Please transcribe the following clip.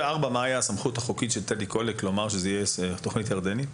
מה הייתה הסמכות בשנת 1984 של טדי קולק להגיד שזאת תהיה תוכנית ירדנית?